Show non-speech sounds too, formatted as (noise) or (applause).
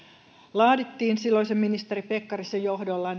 laadittiin silloisen ministeri pekkarisen johdolla (unintelligible)